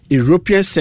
European